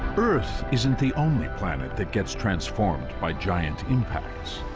earth isn't the only planet that gets transformed by giant impacts.